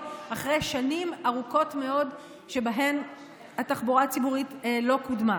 אחרי שנים ארוכות מאוד שבהן התחבורה הציבורית לא קודמה.